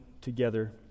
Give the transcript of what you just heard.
together